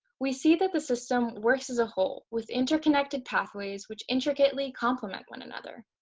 we see that the system works as a whole with interconnected pathways, which intricately complement one another.